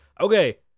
Okay